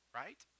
right